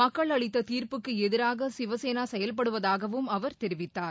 மக்கள் அளித்த தீர்ப்புக்கு எதிராக சிவசேனா செயல்படுவதாகவும் அவர் தெரிவித்தார்